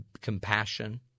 compassion